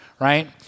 right